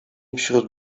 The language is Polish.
wśród